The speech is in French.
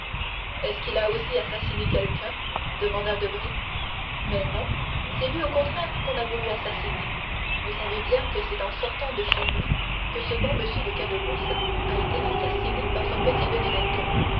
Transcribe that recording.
est-ce qu'il a aussi assassiné quelqu'un demanda debray mais non c'est lui au contraire qu'on a voulu assassiner vous savez bien que c'est en sortant de chez lui que ce bon m de caderousse a été assassiné par son petit